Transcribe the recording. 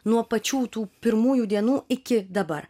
nuo pačių tų pirmųjų dienų iki dabar